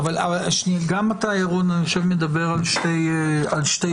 גם אתה ירון מדבר על שתי רמות.